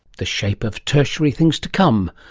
the shape of tertiary things to come.